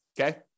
Okay